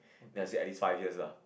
then I said at least five years lah